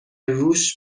رووش